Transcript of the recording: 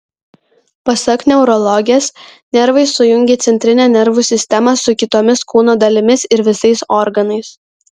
pasak neurologės nervai sujungia centrinę nervų sistemą su kitomis kūno dalimis ir visais organais